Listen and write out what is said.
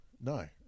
No